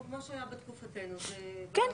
כמו שהיה בתקופתנו --- כן,